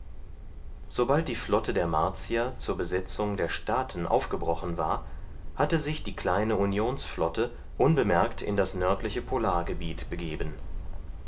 sobald die flotte der martier zur besetzung der staaten aufgebrochen war hatte sich die kleine unionsflotte unbemerkt in das nördliche polargebiet begeben